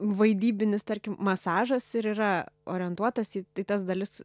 vaidybinis tarkim masažas ir yra orientuotas į tai tas dalis